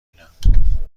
بینم